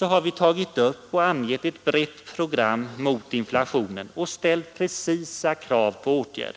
har vi tagit upp och angett ett brett program mot inflationen och ställt preciserade krav på åtgärder.